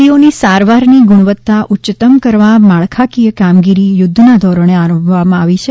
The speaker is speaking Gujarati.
દરદીઓની સારવારની ગુણવત્તા ઉચ્ચતમ કરવા માળખાકીય કામગીરી યુદ્ધના ધોરણે આરંભવામાં કરવામાં આવી છે